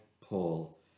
Paul